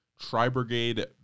Tri-Brigade